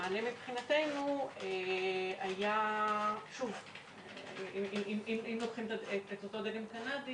המענה מבחינתנו היה, אם לוקחים את אותו דגם קנדי